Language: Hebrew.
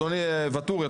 אדוני ואטורי,